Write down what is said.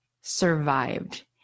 survived